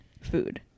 food